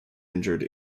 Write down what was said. injured